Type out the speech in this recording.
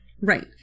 Right